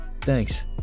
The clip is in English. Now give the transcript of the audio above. Thanks